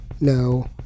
no